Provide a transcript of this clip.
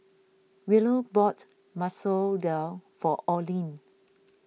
Willow bought Masoor Dal for Olene